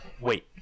Wait